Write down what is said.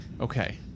okay